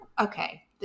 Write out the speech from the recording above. okay